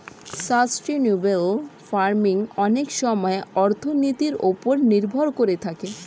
sustainable farming অনেক সময়ে অর্থনীতির ওপর নির্ভর করে থাকে